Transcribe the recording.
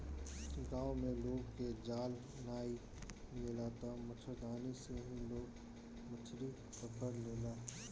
गांव में लोग के जाल नाइ मिलेला तअ मछरदानी से ही लोग मछरी पकड़ लेला